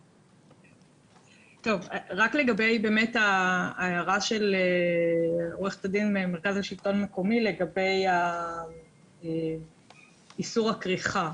רק לגבי ההערה של עורכת הדין מהמרכז לשלטון מקומי לגבי איסור הכריכה.